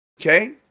Okay